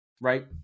right